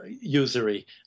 usury